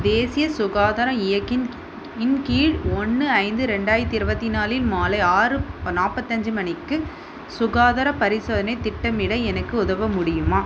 தேசிய சுகாதார இயக்கின் இன் கீழ் ஒன்று ஐந்து ரெண்டாயிரத்தி இருபத்தி நாலில் மாலை ஆறு நாற்பத்தஞ்சி மணிக்கு சுகாதாரப் பரிசோதனைத் திட்டமிட எனக்கு உதவ முடியுமா